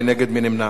מי נגד?